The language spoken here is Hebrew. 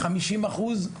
זה גם מופיע פה, ב-50% מהמימון.